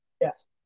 yes